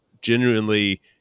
genuinely